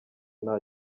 nta